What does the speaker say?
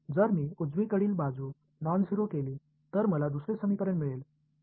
जर मी उजवीकडील बाजू नॉन झेरो केली तर मला दुसरे समीकरण मिळेल